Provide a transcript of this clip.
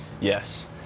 Yes